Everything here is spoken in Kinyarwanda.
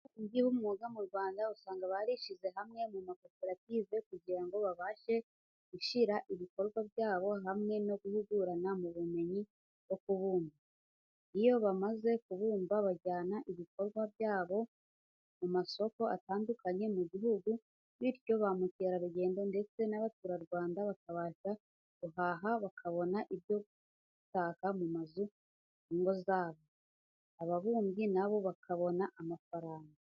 Ababumbyi b'umwuga mu Rwanda, usanga barishyize hamwe mu makoperative kugira ngo babashe gushyira ibikorwa byabo hamwe no guhugurana mu bumenyi bwo kubumba. Iyo bamaze kubumba bajyana ibikorwa byabo mu masoko atandukanye mu gihugu, bityo ba mukerarugendo ndetse n'abaturarwanda bakabasha guhaha bakabona ibyo gutaka mu ngo zabo, ababumbyi na bo bakabona amafaranga.